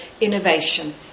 innovation